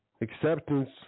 acceptance